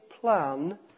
plan